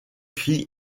cri